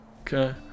Okay